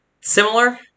similar